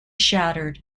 shattered